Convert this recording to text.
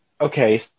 okay